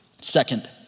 Second